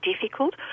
difficult